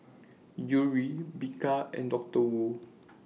Yuri Bika and Doctor Wu